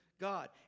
God